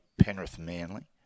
Penrith-Manly